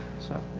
so